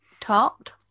tart